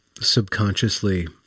subconsciously